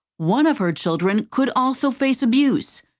one of her children could also face abuse.